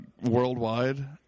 worldwide